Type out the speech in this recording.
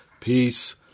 Peace